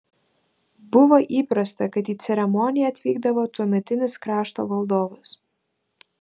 buvo įprasta kad į ceremoniją atvykdavo tuometinis krašto valdovas